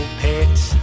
pets